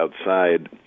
outside